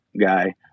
guy